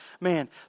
man